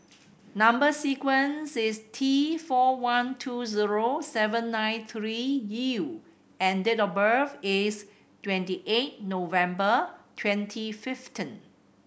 number sequence is T four one two zero seven nine three U and date of birth is twenty eight November twenty fifteen